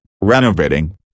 renovating